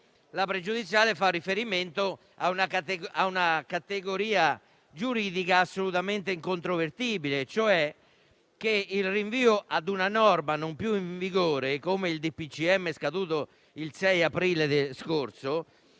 pregiudiziale fa riferimento ad una considerazione giuridica assolutamente incontrovertibile: il rinvio ad una norma non più in vigore, come il DPCM scaduto il 6 aprile scorso,